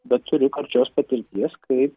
bet turiu karčios patirties kaip